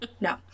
no